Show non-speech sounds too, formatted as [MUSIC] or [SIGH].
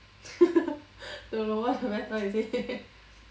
[LAUGHS] the lower the better is it